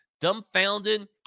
dumbfounded